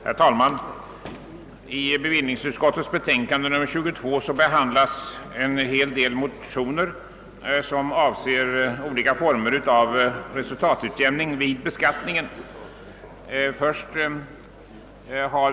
Herr talman! I bevillningsutskottets betänkande nr 22 behandlas ett flertal motioner som rör olika former av resultatutjämning vid beskattningen.